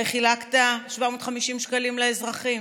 הרי חילקת 750 שקלים לאזרחים.